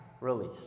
Release